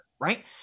right